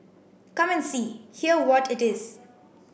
come and see hear what it is